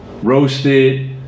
roasted